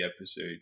episode